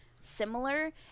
similar